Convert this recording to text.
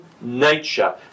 nature